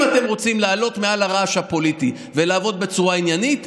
אם אתם רוצים לעלות מעל הרעש הפוליטי ולעבוד בצורה עניינית,